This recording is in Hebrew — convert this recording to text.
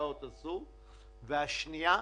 שהאוניברסיטאות עשו, והשנייה,